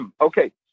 okay